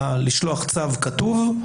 לשלוח צו כתוב,